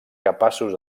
capaços